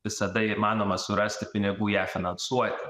visada įmanoma surasti pinigų ją finansuoti